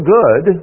good